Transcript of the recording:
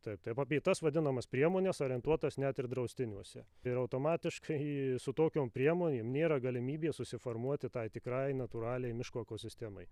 taip taip apie tas vadinamas priemones arientuotas net ir draustiniuose ir automatiškai su tokiom priemonėm nėra galimybės susifarmuoti tai tikrai natūraliai miško ekosistemai